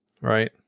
right